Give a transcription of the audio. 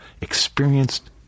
experienced